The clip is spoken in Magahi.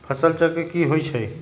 फसल चक्र की होइ छई?